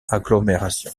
agglomération